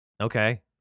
Okay